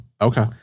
Okay